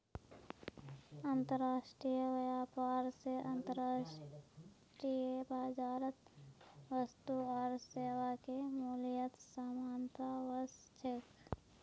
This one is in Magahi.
अंतर्राष्ट्रीय व्यापार स अंतर्राष्ट्रीय बाजारत वस्तु आर सेवाके मूल्यत समानता व स छेक